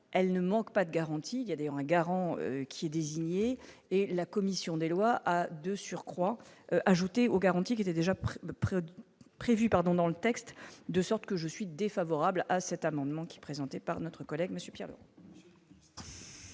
elle ne manque pas de garantie, il y a des garant qui est désigné et la commission des lois, de surcroît, ajouté aux garanties qui étaient déjà prêts prévu pardon dans le texte, de sorte que je suis défavorable à cet amendement qui, présentée par notre collègue Monsieur Pierre.